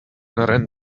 ran